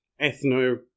ethno